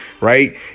right